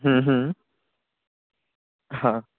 ਹਾਂ